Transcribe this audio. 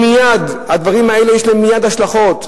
הדברים האלה, יש להם מייד השלכות.